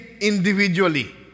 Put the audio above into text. individually